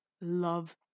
love